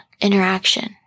interaction